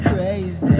Crazy